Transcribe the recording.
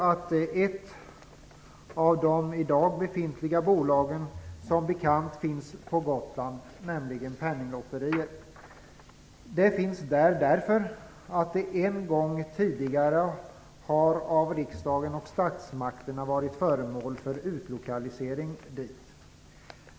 Ett av de bolag som i dag finns på Gotland är Penninglotteriet. Det finns där därför att det en gång tidigare av riksdagen och statsmakterna har utlokaliserats dit.